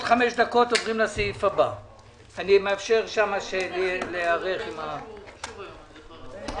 הישיבה ננעלה בשעה 12:42.